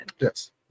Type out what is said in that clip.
Yes